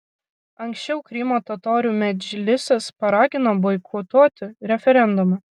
anksčiau krymo totorių medžlisas paragino boikotuoti referendumą